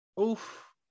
Oof